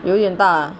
有点大